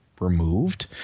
removed